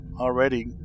already